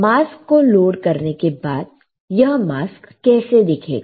mask को load करने के बाद यह मास्क कैसे दिखेगा